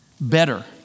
better